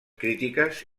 crítiques